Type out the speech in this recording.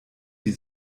die